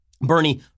Bernie